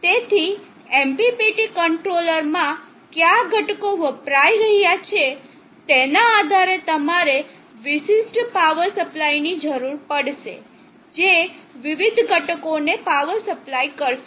તેથી MPPT controller માં કયા ઘટકો વપરાય રહ્યા છે તેના આધારે તમારે વિશિષ્ટ પાવર સપ્લાય ની જરૂર પડશે જે વિવિધ ઘટકોને પાવર સપ્લાય કરશે